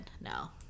No